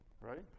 Right